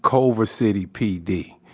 culver city pd,